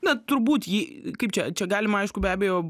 na turbūt ji kaip čia čia galima aišku be abejo